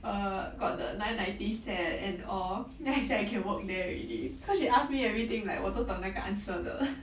err got the nine ninety set and all then I say I can work there already cause she ask me everything like 我都懂那个 answer 的